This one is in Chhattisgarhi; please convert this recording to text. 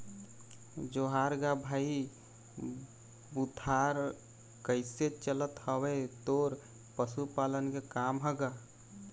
जोहार गा भाई बुधार कइसे चलत हवय तोर पशुपालन के काम ह गा?